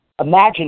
Imagine